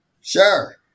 Sure